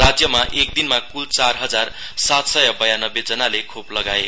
राज्यमा एक दिनमा कुल चार हजार सात सय बयानब्बेजनाले खोप लगाए